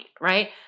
Right